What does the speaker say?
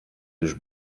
już